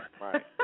right